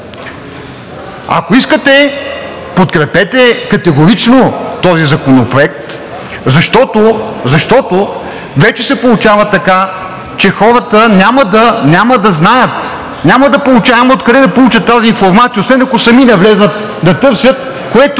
Ако искате, подкрепете категорично този законопроект, защото вече се получава така, че хората няма да знаят, няма откъде да получат тази информация, освен ако сами не влязат да търсят, а